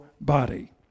body